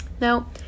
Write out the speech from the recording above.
Now